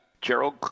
Gerald